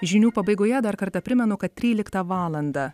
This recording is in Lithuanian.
žinių pabaigoje dar kartą primenu kad tryliktą valandą